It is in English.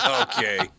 Okay